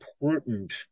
important